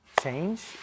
change